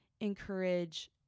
encourage